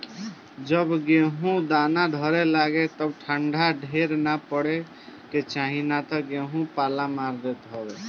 जब गेहूँ दाना धरे लागे तब ठंडा ढेर ना पड़े के चाही ना तऽ गेंहू पाला मार देत हवे